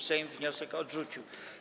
Sejm wniosek odrzucił.